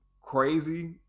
crazy